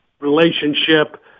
relationship